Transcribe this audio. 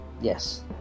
Yes